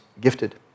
gifted